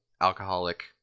alcoholic